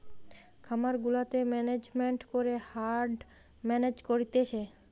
খামার গুলাতে ম্যানেজমেন্ট করে হার্ড মেনেজ করতিছে